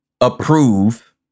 approve